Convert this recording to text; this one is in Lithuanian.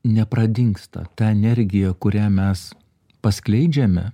nepradingsta tą energiją kurią mes paskleidžiame